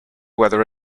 weather